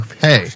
hey